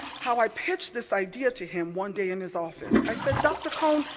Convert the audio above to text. how i pitched this idea to him one day in his office, i said, dr. cone,